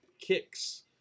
kicks